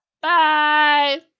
Bye